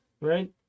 right